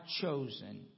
chosen